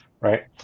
right